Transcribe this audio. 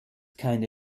keine